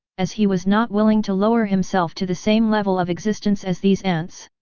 as he was not willing to lower himself to the same level of existence as these ants.